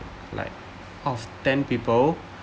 like out of ten people